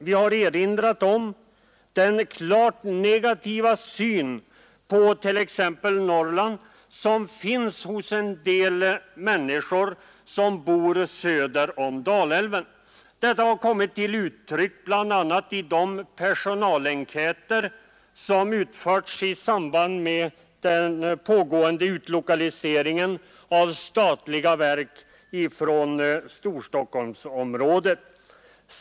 Vi har erinrat om den klart negativa syn på t.ex. Norrland som finns hos en del människor som bor söder om Dalälven. Den har kommit till uttryck bl.a. i de personalenkäter som utfördes i samband med den pågående utlokaliseringen av statliga verk från Storstockholmsområdet.